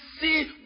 see